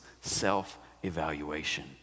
self-evaluation